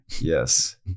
Yes